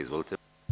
Izvolite.